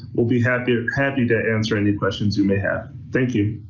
will be happy ah happy to answer any questions you may have. thank you.